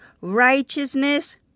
righteousness